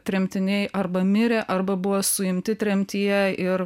tremtiniai arba mirė arba buvo suimti tremtyje ir